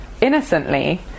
innocently